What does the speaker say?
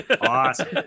Awesome